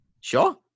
Sure